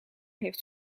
heeft